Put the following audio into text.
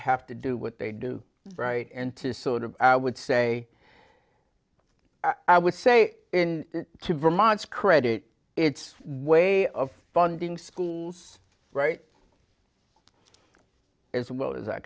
have to do what they do right and to sort of i would say i would say in two vermont's credit it's the way of funding schools right as well as i